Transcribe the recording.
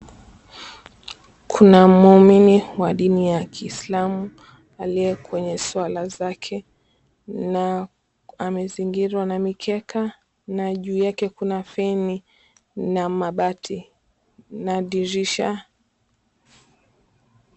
Kuna muumini wa dini ya kiislamu, aliye kwenye swala zake na amezingirwa na mikeka na juu yake kuna feni na mabati na dirisha.